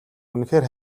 үнэхээр